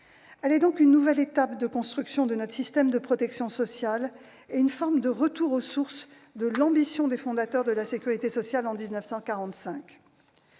Elle est donc une nouvelle étape de la construction de notre système de protection sociale et une forme de retour aux sources de l'ambition des fondateurs de la sécurité sociale en 1945.